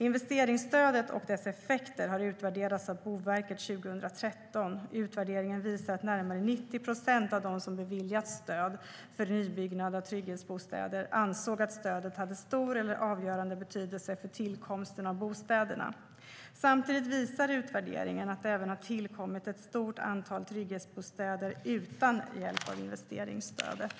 Investeringsstödet och dess effekter har utvärderats av Boverket 2013. Utvärderingen visar att närmare 90 procent av dem som beviljats stöd för nybyggnad av trygghetsbostäder ansåg att stödet hade stor eller avgörande betydelse för tillkomsten av bostäderna. Samtidigt visar utvärderingen att det även har tillkommit ett stort antal trygghetsbostäder utan hjälp av investeringsstödet.